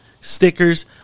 stickers